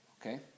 Okay